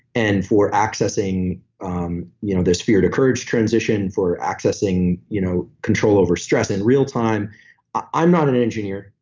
and for accessing um you know the spirit of courage transition for accessing you know control over stress in real time i'm not an engineer.